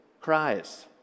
cries